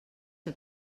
que